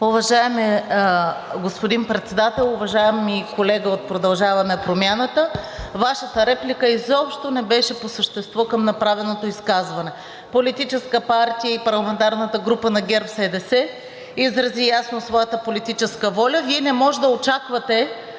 Уважаеми господин Председател! Уважаеми колега от „Продължаваме Промяната“, Вашата реплика изобщо не беше по същество към направеното изказване. Политическа партия и парламентарната група на ГЕРБ-СДС изрази ясно своята политическа воля. Вие не може да очаквате